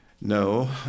no